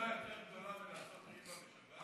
יש מצווה יותר גדולה מלעשות ריבה בשבת?